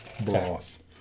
broth